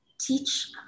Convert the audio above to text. teach